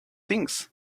things